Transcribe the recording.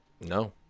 No